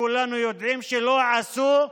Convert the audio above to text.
שכולנו יודעים שלא עשו,